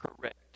correct